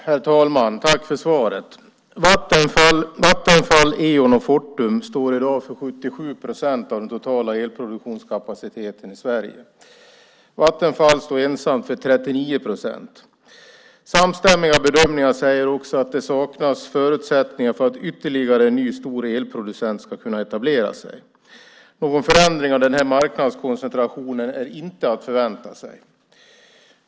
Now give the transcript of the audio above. Herr talman! Jag tackar näringsministern för svaret. Vattenfall, Eon och Fortum står i dag för 77 procent av den totala elproduktionskapaciteten i Sverige. Vattenfall står ensamt för 39 procent. Samstämmiga bedömningar säger också att det saknas förutsättningar för att ytterligare en ny stor elproducent ska kunna etablera sig. Någon förändring av denna marknadskoncentration är inte att förvänta sig.